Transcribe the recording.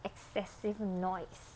excessive noise